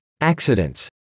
Accidents